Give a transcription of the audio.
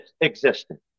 existence